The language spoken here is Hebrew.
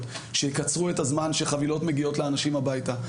שיקצרו את הזמן שחבילות מגיעות לאנשים הביתה.